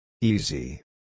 Easy